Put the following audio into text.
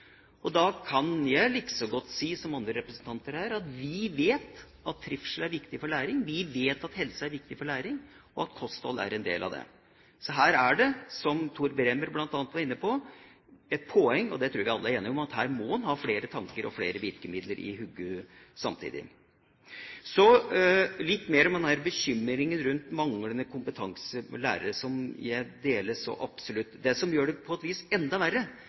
Da kan jeg like så godt som andre representanter her si at vi vet at trivsel er viktig for læring, vi vet at helsa er viktig for læring, og at kosthold er en del av det. Så her er det, som Tor Bremer bl.a. var inne på, et poeng – det tror jeg vi alle er enige om: En må ha flere tanker og virkemidler i hodet samtidig. Så litt mer om denne bekymringen rundt manglende kompetanse hos lærerne, som jeg deler, så absolutt. Det som gjør det på et vis enda verre,